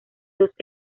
dos